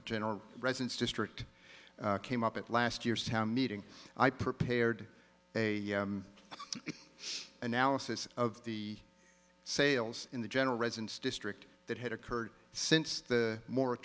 the general residence district came up at last year's town meeting i prepared a analysis of the sales in the general residence district that had occurred since the mor